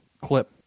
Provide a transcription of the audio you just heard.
clip